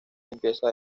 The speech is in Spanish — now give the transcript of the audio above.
limpieza